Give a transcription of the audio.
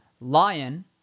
lion